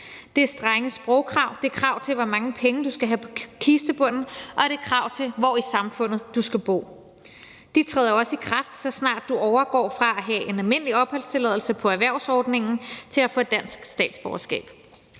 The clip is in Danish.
Det er strenge sprogkrav, det er krav til, hvor mange penge du skal have på kistebunden, og det er krav til, hvor i samfundet du skal bo. De træder også i kraft, så snart du overgår fra at have en almindelig opholdstilladelse på erhvervsordningen til at få dansk statsborgerskab.